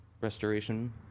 restoration